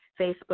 Facebook